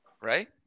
Right